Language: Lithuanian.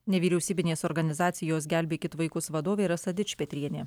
nevyriausybinės organizacijos gelbėkit vaikus vadovė rasa dičpetrienė